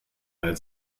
eine